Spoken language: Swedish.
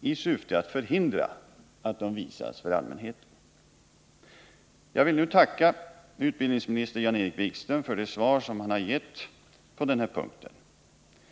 i syfte att förhindra att de visas för allmänheten. Jag vill nu tacka utbildningsminister Jan-Erik Wikström för det svar som han har gett på denna punkt.